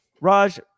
Raj